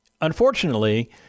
unfortunately